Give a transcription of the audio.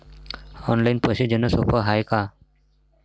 Online पैसे देण सोप हाय का?